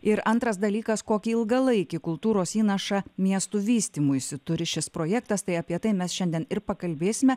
ir antras dalykas kokį ilgalaikį kultūros įnašą miestų vystymuisi turi šis projektas tai apie tai mes šiandien ir pakalbėsime